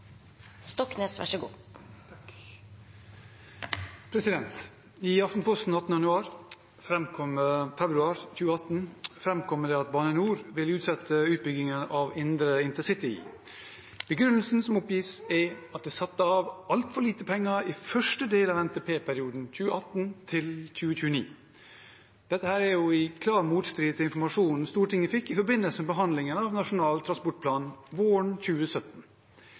Aftenposten 18. februar 2018 fremkommer det at Bane NOR vil utsette utbyggingen av indre intercity. Begrunnelsen som oppgis, er at det er satt av for lite penger i første del av NTP-perioden 2018–2029. Dette er i motstrid til informasjonen Stortinget fikk i forbindelse med behandlingen av Nasjonal transportplan våren 2017.